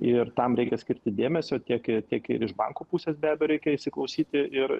ir tam reikia skirti dėmesio tiek ir tiek ir iš banko pusės be abejo reikia įsiklausyti ir